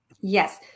Yes